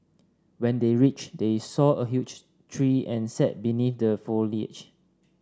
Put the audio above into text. when they reached they saw a huge tree and sat beneath the foliage